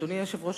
אדוני היושב-ראש,